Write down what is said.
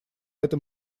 этом